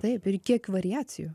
taip ir kiek variacijų